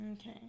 Okay